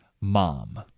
mom